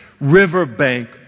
Riverbank